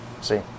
see